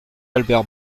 albert